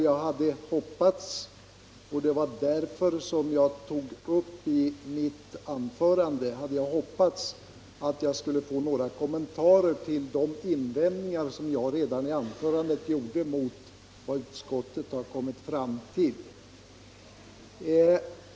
Jag hade hoppats att få några kommentarer till de invändningar som jag i mitt första anförande gjorde mot vad utskottet har kommit fram till.